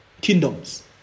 kingdoms